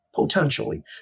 potentially